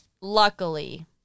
luckily